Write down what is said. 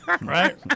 Right